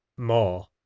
more